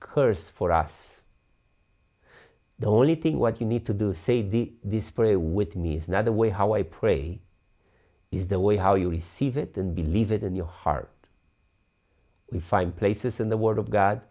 curse for us the only thing what you need to do say the this pray with me is another way how i pray is the way how you receive it and believe it in your heart we find places in the word of god